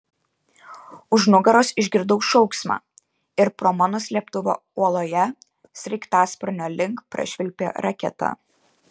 už nugaros išgirdau šauksmą ir pro mano slėptuvę uoloje sraigtasparnio link prašvilpė raketa